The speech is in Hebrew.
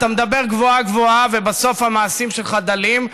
אתה מדבר גבוהה-גבוהה ובסוף המעשים שלך דלים.